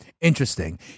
Interesting